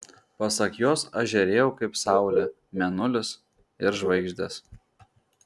pasak jos aš žėrėjau kaip saulė mėnulis ir žvaigždės